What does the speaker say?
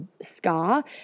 scar